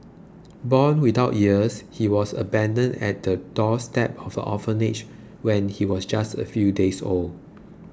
born without ears he was abandoned at the doorstep of an orphanage when he was just a few days old